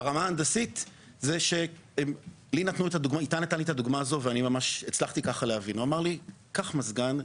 איתי נתן לי את הדוגמה הזאת: קח מזגן,